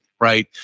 right